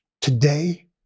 Today